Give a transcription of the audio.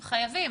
חייבים.